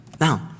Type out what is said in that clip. Now